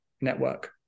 network